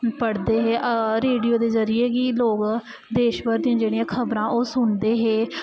पढ़दे हे रेडियो दे जरिये गै लोग देशभर दियां जेह्ड़ियां खबरां ओह् सुनदे हे